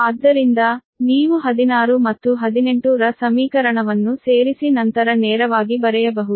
ಆದ್ದರಿಂದ ನೀವು 16 ಮತ್ತು 18 ರ ಸಮೀಕರಣವನ್ನು ಸೇರಿಸಿ ನಂತರ ನೇರವಾಗಿ ಬರೆಯಬಹುದು